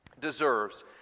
deserves